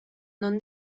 non